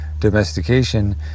domestication